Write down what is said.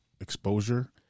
exposure